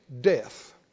death